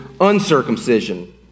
uncircumcision